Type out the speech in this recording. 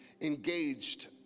engaged